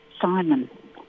Simon